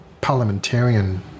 parliamentarian